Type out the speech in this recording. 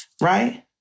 Right